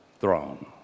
throne